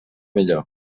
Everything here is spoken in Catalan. millor